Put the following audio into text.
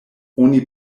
oni